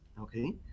Okay